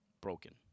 broken